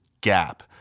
gap